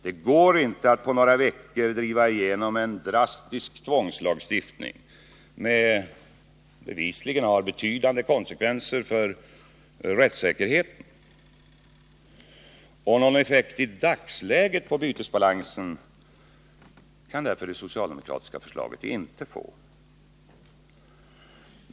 Det går inte att på några veckor driva igenom en drastisk tvångslagstiftning som bevisligen har betydande konsekvenser för rättssäkerheten. Någon effekt i dagsläget på bytesbalansen kan det socialdemokratiska förslaget därför inte få.